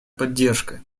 поддержкой